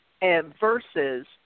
versus